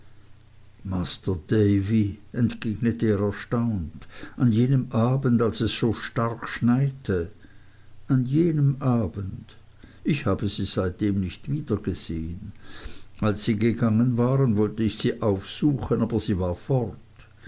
masr davy entgegnete er erstaunt an jenem abend als es so stark schneite an jenem abend ich habe sie seitdem nicht wiedergesehen als sie gegangen waren wollte ich sie aufsuchen aber sie war fort